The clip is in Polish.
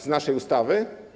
Z naszej ustawy?